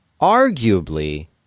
arguably